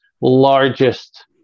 largest